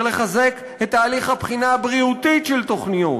צריך לחזק את תהליך הבחינה הבריאותית של תוכניות,